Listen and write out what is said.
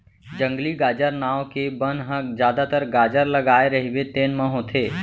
जंगली गाजर नांव के बन ह जादातर गाजर लगाए रहिबे तेन म होथे